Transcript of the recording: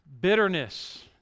bitterness